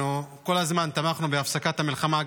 אנחנו כל הזמן תמכנו בהפסקת המלחמה,